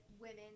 women